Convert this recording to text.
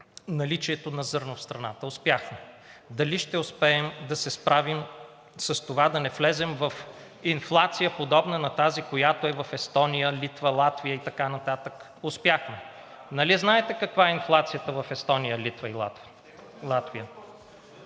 МИНИСТЪР-ПРЕДСЕДАТЕЛ АСЕН ВАСИЛЕВ: Дали ще успеем да се справим с това да не влезем в инфлация, подобна на тази, която е в Естония, Литва, Латвия и така нататък? Успяхме. Нали знаете каква е инфлацията в Естония, Литва и Латвия?